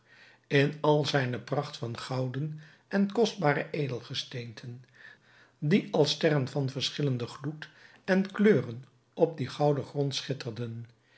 in al zijne pracht van goud en kostbare edelgesteenten die als sterren van verschillenden gloed en kleuren op dien gouden grond schitterden